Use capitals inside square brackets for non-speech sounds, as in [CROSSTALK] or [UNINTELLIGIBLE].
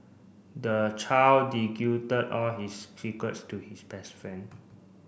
the child [UNINTELLIGIBLE] all his secrets to his best friend